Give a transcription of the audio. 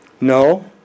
No